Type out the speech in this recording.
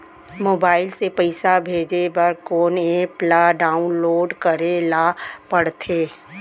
Mobile से पइसा भेजे बर कोन एप ल डाऊनलोड करे ला पड़थे?